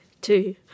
two